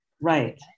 Right